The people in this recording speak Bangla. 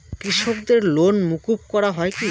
কৃষকদের লোন মুকুব করা হয় কি?